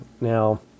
Now